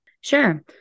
Sure